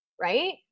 Right